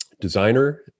designer